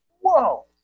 whoa